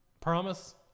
promise